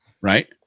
right